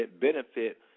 benefit